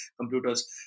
computers